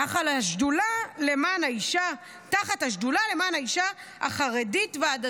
תחת השדולה למען האישה החרדית והדתית.